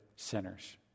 sinners